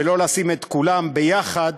ולא לשים את כולם יחד,